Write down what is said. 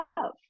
love